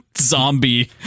zombie